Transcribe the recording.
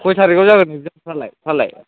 कइतारिगाव जागोन इज्यामफ्रालाय